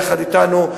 יחד אתנו,